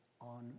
on